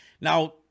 now